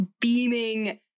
beaming